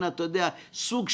אנחנו עוברים היום לעולם מקוון,